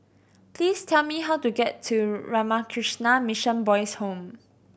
please tell me how to get to Ramakrishna Mission Boys' Home